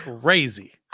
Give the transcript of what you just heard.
crazy